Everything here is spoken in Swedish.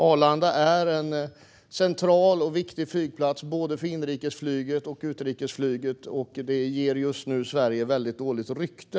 Arlanda är en central och viktig flygplats för både inrikesflyget och utrikesflyget, och detta ger just nu Sverige väldigt dåligt rykte.